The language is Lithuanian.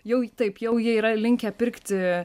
jau taip jau jie yra linkę pirkti